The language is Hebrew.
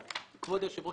כבוד היושב ראש,